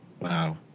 Wow